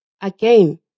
Again